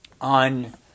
on